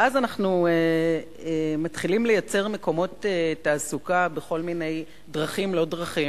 ואז אנחנו מתחילים לייצר מקומות תעסוקה בכל מיני דרכים לא דרכים,